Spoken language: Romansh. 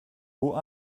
buc